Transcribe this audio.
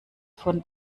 von